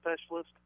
specialist